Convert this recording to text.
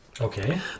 Okay